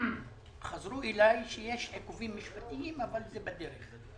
חזרו אלי שיש עיכובים משפטיים, שזה בדרך.